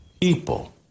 people